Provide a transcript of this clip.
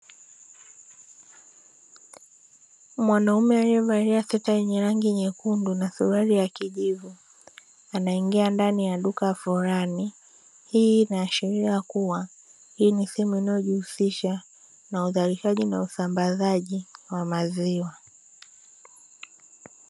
Mwanaume aliyevalia sweta lenye rangi nyekundu na suruali ya kiviju anaingia ndani ya duka fulani, hii inaashiria kuwa hii ni sehemu inayojihusisha na uzalishaji na usambazaji wa maziwa.